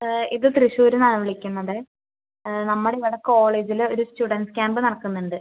ഇത് തൃശ്ശൂർ നിന്നാണ് വിളിക്കുന്നത് നമ്മളെ ഇവിടെ കോളേജിൽ ഒരു സ്റ്റുഡൻ്റ്സ് ക്യാമ്പ് നടക്കുന്നുണ്ട്